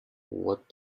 what